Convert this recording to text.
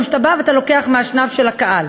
שאתה בא ואתה לוקח מהאשנב של הקהל,